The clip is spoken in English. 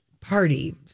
Party